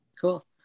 cool